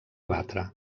batre